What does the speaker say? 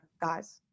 guys